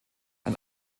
ein